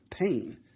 pain